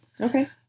Okay